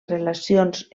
relacions